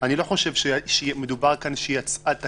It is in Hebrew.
לא חושב שמדובר כאן שיצאה תקלה.